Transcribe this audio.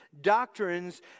doctrines